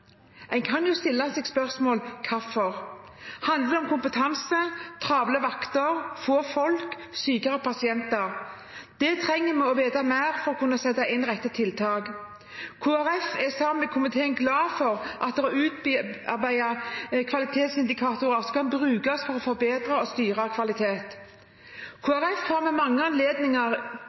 En kan jo stille seg spørsmål om hvorfor. Handler det om kompetanse, travle vakter, få folk, sykere pasienter? Det trenger vi å vite mer om for å kunne sette inn de rette tiltakene. Kristelig Folkeparti er, sammen med komiteen, glad for at det er utarbeidet kvalitetsindikatorer, som kan brukes for å forbedre og styre kvalitet. Kristelig Folkeparti har ved mange anledninger